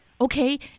Okay